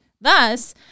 Thus